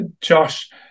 Josh